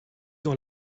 dans